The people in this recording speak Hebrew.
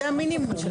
זה המינימום.